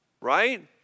Right